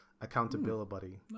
accountability